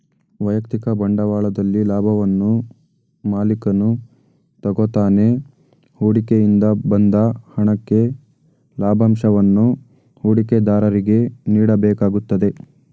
ವೈಯಕ್ತಿಕ ಬಂಡವಾಳದಲ್ಲಿ ಲಾಭವನ್ನು ಮಾಲಿಕನು ತಗೋತಾನೆ ಹೂಡಿಕೆ ಇಂದ ಬಂದ ಹಣಕ್ಕೆ ಲಾಭಂಶವನ್ನು ಹೂಡಿಕೆದಾರರಿಗೆ ನೀಡಬೇಕಾಗುತ್ತದೆ